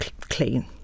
clean